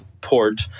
port